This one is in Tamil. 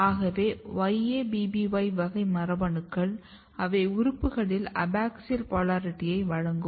ஆகவே YABBY வகை மரபணுக்கள் அவை உறுப்புகளில் அபாக்ஸியல் போலாரிட்டியை வழங்கும்